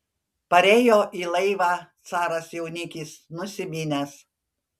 parėjo į laivą caras jaunikis nusiminęs